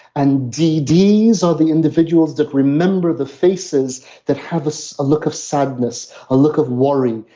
and dd's are the individuals that remember the faces that have so a look of sadness, a look of worry.